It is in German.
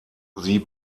sie